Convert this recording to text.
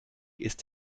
ist